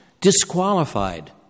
disqualified